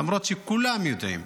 למרות שכולם יודעים,